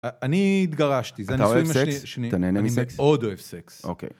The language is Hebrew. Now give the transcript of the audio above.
אני התגרשתי, אתה אוהב סקס? אתה נהנה מסקס? אני מאוד אוהב סקס. אוקי